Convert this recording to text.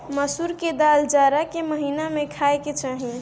मसूर के दाल जाड़ा के महिना में खाए के चाही